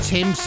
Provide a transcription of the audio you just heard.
Tim